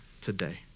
today